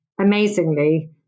amazingly